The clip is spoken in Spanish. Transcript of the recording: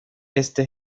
este